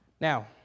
Now